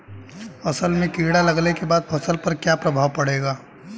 असल में कीड़ा लगने के बाद फसल पर क्या प्रभाव पड़ेगा?